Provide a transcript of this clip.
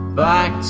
back